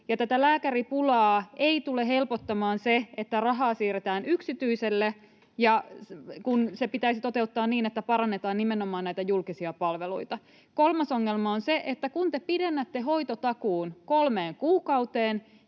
tätä lääkäripulaa ei tule helpottamaan se, että rahaa siirretään yksityiselle, kun se pitäisi toteuttaa niin, että parannetaan nimenomaan näitä julkisia palveluita. Kolmas ongelma on se, että kun te pidennätte hoitotakuun kolmeen kuukauteen,